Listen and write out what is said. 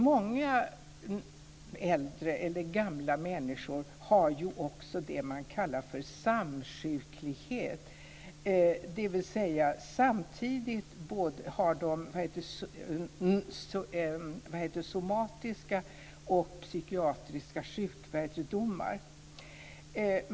Många äldre eller gamla människor har också det man kallar för samsjuklighet. Samtidigt har de somatiska och psykiatriska sjukdomar.